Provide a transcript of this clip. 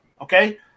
okay